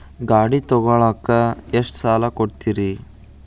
ಗಾಡಿ ತಗೋಳಾಕ್ ಎಷ್ಟ ಸಾಲ ಕೊಡ್ತೇರಿ?